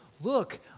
Look